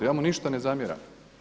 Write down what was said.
Ja mu ništa ne zamjeram.